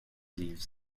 leaves